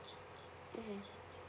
mmhmm